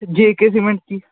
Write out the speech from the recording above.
ਜੇ ਕੇ ਸੀਮਿੰਟ 'ਚ ਜੀ